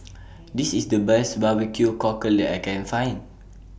This IS The Best Barbecue Cockle that I Can Find